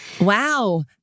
Wow